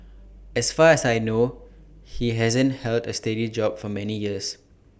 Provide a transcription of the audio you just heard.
as far as I know he hasn't held A steady job for many years